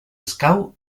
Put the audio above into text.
escau